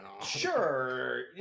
Sure